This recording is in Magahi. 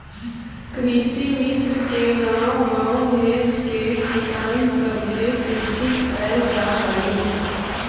कृषिमित्र के गाँव गाँव भेजके किसान सब के शिक्षित कैल जा हई